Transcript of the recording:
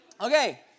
Okay